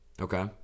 Okay